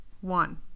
one